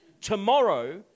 Tomorrow